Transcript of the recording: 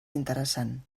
interessant